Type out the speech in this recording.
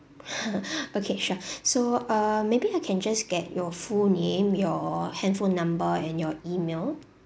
okay sure so uh maybe I can just get your full name your handphone number and your email